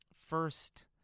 first